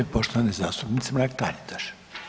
Poštovane zastupnice Mrak Taritaš.